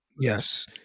Yes